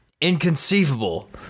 Inconceivable